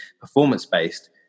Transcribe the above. performance-based